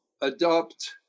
adopt